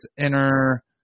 inner